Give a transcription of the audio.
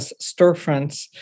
storefronts